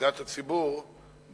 הנהגת הציבור בעבודתה.